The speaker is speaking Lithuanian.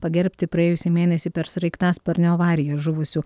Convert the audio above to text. pagerbti praėjusį mėnesį per sraigtasparnio avariją žuvusių